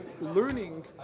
learning